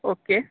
okay